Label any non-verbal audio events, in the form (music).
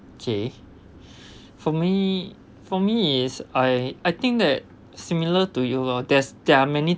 K (breath) for me for me is I I think that similar to you uh there's there are many